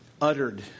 uttered